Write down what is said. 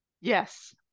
Yes